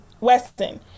Weston